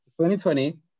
2020